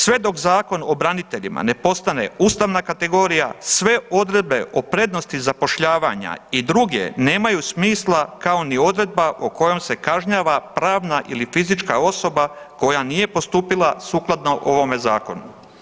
Sve dok Zakon o braniteljima ne postane ustavna kategorija, sve odredbe o prednosti zapošljavanja i druge nemaju smisla, kao ni odredba po kojoj se kažnjava pravna ili fizička osoba koja nije postupila sukladno ovome zakonu.